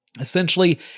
Essentially